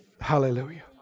Hallelujah